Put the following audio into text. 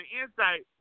insight